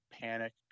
panic